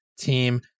team